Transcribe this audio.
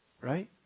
Right